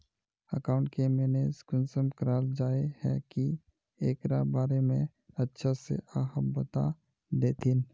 Account के manage कुंसम कराल जाय है की एकरा बारे में अच्छा से आहाँ बता देतहिन?